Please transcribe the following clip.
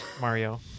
Mario